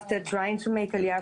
שמי מישל בורק.